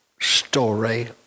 story